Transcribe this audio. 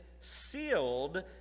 sealed